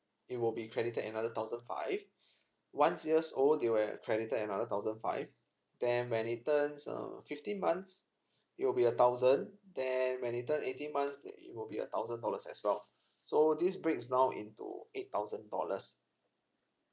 it will be credited another thousand five once years old they will credited another thousand five then when it turns um fifteen months it will be a thousand then when it turns eighteen months then it will be a thousand dollars as well so this breaks down into eight thousand dollars